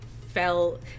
fell